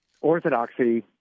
orthodoxy